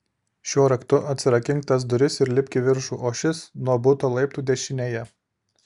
šiuo raktu atsirakink tas duris ir lipk į viršų o šis nuo buto laiptų dešinėje